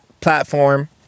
platform